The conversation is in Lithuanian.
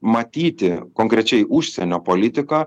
matyti konkrečiai užsienio politiką